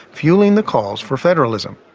fuelling the calls for federalism.